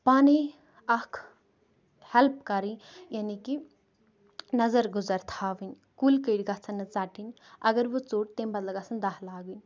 پانَے اَکھ ہٮ۪لٕپ کَرٕنۍ یعنی کہِ نظرگُزر تھاوٕنۍ کُلۍ کٔٹۍ گژھن نہٕ ژَٹٕنۍ اگر وۄنۍ ژوٚت تمہِ بدلہٕ گژھن دَہ لاگٕنۍ